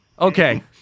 Okay